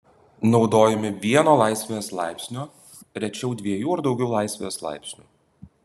naudojami vieno laisvės laipsnio rečiau dviejų ar daugiau laisvės laipsnių